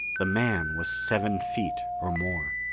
the man was seven feet or more.